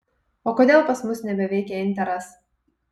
o kodėl pas mus nebeveikia interas